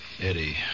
Eddie